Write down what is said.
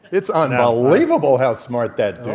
it's unbelievable how smart that